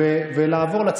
לא,